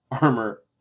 armor